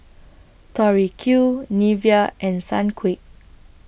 Tori Q Nivea and Sunquick